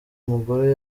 umugore